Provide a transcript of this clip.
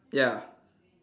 ya